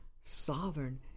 sovereign